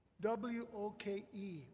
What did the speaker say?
W-O-K-E